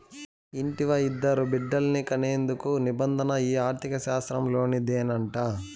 ఇంటివా, ఇద్దరు బిడ్డల్ని కనేందుకు నిబంధన ఈ ఆర్థిక శాస్త్రంలోనిదేనంట